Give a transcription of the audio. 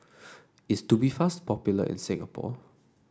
is Tubifast popular in Singapore